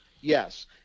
yes